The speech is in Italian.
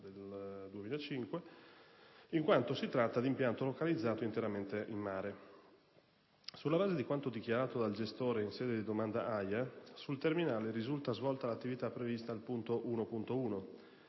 del 2005, in quanto si tratta di impianto localizzato interamente in mare. Sulla base di quanto dichiarato dal gestore in sede di domanda di AIA, sul terminale risulta svolta l'attività prevista al punto 1.1,